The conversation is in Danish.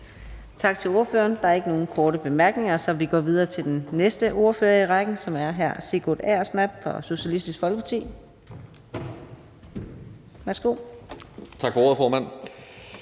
Tak til ordføreren. Der er ikke nogen korte bemærkninger, så vi går videre til den næste ordfører i rækken, som er hr. Sigurd Agersnap fra Socialistisk Folkeparti. Værsgo. Kl. 18:18 (Ordfører)